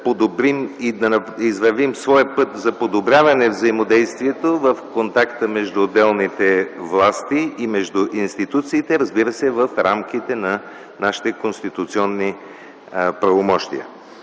да извървим своя път за подобряване взаимодействието при контакта между отделните власти и между институциите, разбира се, в рамките на нашите конституционни правомощия.